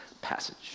passage